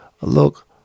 look